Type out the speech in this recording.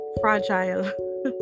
fragile